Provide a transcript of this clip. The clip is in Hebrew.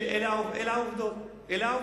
אלה העובדות.